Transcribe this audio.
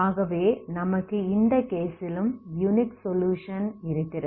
ஆகவே நமக்கு இந்த கேஸிலும் யுனிக் சொலுயுஷன் இருக்கிறது